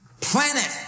Planet